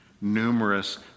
numerous